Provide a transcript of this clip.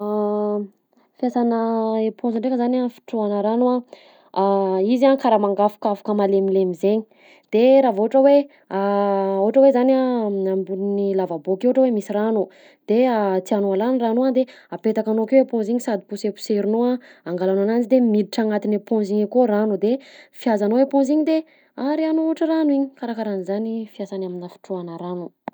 Fiasanà eponza ndraika zany a amn fitrohana rano a: izy a karaha mangafokafoka malemilemy zaigny, de raha vao ohatra hoe ohatra hoe zany a amin'ambonin'ny lavabo akeo ohatra hoe misy rano de tianao alana rano io a de apetakanao akeo eponza igny sady poseposerinao a angalanao ananjy de miditra agnatin'ny eponza igny akao rano de fiazanao eponza igny de arianao ohatra rano igny, karakarahan'zany fiasany aminà fitrohana rano.